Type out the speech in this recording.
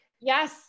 Yes